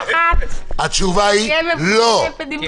אחרי התוספת השלישית יבוא: תוספות רביעית וחמישית